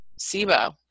SIBO